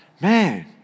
Man